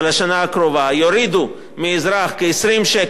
יורידו לאזרח כ-20 שקל מתשלום האגרה,